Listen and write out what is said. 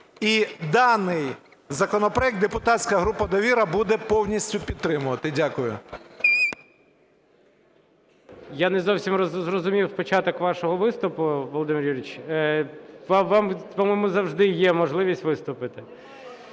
і даний законопроект депутатська група "Довіра" буде повністю підтримувати. Дякую. ГОЛОВУЮЧИЙ. Я не зовсім зрозумів початок вашого виступу, Володимир Юрійович. Вам, по-моєму, завжди є можливість виступити.